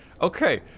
Okay